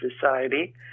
Society